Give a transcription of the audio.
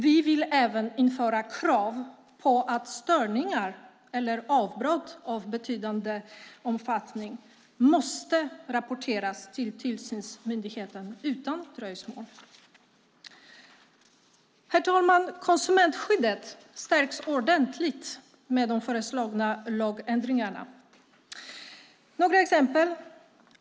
Vi vill även införa krav på att störningar eller avbrott av betydande omfattning måste rapporteras till tillsynsmyndigheten utan dröjsmål. Herr talman! Konsumentskyddet stärks ordentligt med de föreslagna lagändringarna. Låt mig ge några exempel.